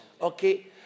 okay